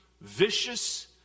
Vicious